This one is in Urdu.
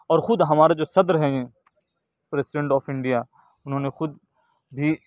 اور خود ہمارے جو صدر ہیں پریسیڈنٹ آف انڈیا انہوں نے خود بھی